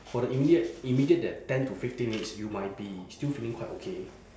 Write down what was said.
for the immediate immediate that ten to fifteen minutes you might be still feeling quite okay